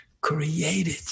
created